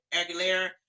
Aguilera